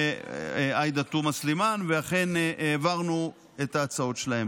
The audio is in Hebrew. ועאידה תומא סלימאן, שאכן העברנו את ההצעות שלהן.